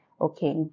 okay